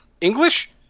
English